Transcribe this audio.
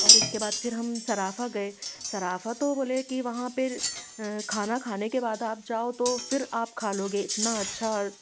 और इसके बाद फिर हम सराफ़ा गए सराफ़ा तो बोले कि वहाँ पर खाना खाने के बाद आप जाओ तो फिर आप खा लोगे इतना अच्छा